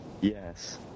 Yes